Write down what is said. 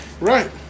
right